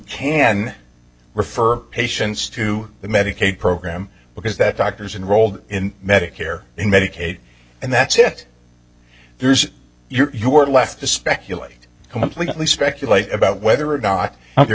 can refer patients to the medicaid program because that doctors and rolled in medicare in medicaid and that's it there's you are left to speculate completely speculate about whether or not you're